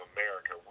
America –